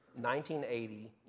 1980